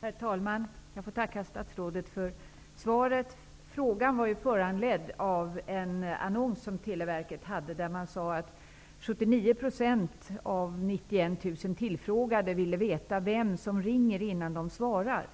Herr talman! Jag tackar statsrådet för svaret. Frågan var föranledd av en annons från Televerket där man sade att 79 % av 91 000 tillfrågade vill veta vem som ringer innan de svarar.